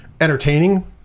entertaining